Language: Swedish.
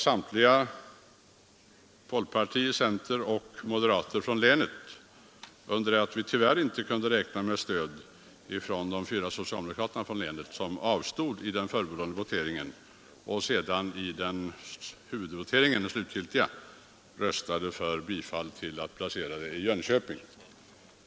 Samtliga folkparti-, centeroch moderatledamöter från länet stödde alltså vår motion under det att vi tyvärr inte fick stöd från de fyra socialdemokraterna från länet, som avstod i den förberedande voteringen och sedan i huvudvoteringen röstade för bifall till placering i Jönköping.